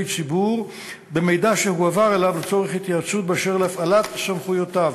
ציבור במידע שהועבר אליו לצורך התייעצות באשר להפעלת סמכויותיו.